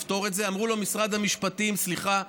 אמרו לו במשרד המשפטים: סליחה,